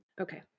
Okay